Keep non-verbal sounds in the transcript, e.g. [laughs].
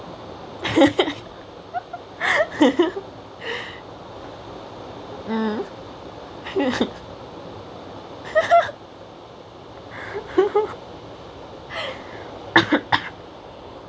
[laughs] mm [laughs]